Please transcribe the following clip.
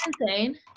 insane